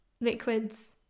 liquids